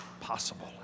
possible